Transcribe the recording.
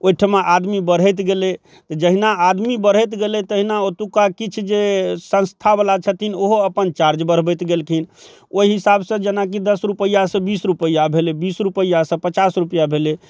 ओइठमा आदमी बढ़ैत गेलै तऽ जहिना आदमी बढ़ैत गेलै तहिना ओतुका किछु जे संस्थावला छथिन ओहो अपन चार्ज बढ़बैत गेलखिन ओइ हिसाबसँ जेनाकि दस रूपैआसँ बीस रूपैआ भेलै बीस रूपैआसँ पचास रूपैआ भेलै